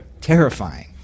terrifying